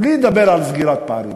בלי לדבר על סגירת פערים,